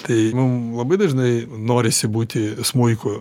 tai mums labai dažnai norisi būti smuiku